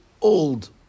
old